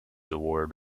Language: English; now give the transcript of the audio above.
award